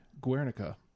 Guernica